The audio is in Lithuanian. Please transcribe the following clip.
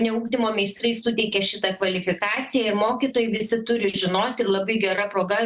ne ugdymo meistrai suteikia šitą kvalifikaciją ir mokytojai visi turi žinoti ir labai gera proga